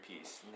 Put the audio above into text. piece